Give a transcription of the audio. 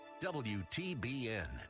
wtbn